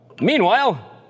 Meanwhile